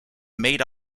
made